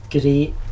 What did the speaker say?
great